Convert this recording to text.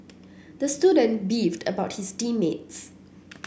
the student beefed about his team mates